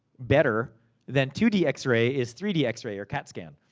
better than two d x-ray, is three d x-ray, or cat scan.